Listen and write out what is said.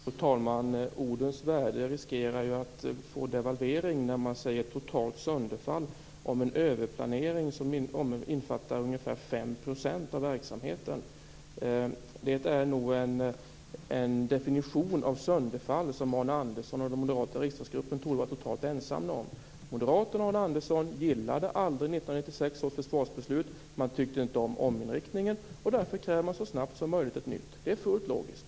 Fru talman! Ordens värde riskerar att devalveras när man talar om totalt sönderfall om en överplanering som omfattar ungefär 5 % av verksamheten. Det är nog en definition av sönderfall som Arne Andersson och den moderata riksdagsgruppen torde vara totalt ensamma om. Moderaterna och Arne Andersson gillade aldrig 1996 års försvarsbeslut. De tyckte inte om ominriktningen, och därför kräver de ett nytt beslut så snabbt som möjligt. Det är fullt logiskt.